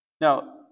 Now